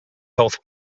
health